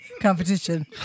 competition